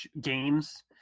games